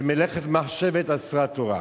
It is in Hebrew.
ש"מלאכת מחשבת אסרה תורה",